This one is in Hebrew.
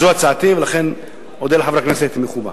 זו הצעתי, ואודה לחברי הכנסת אם יתמכו בה.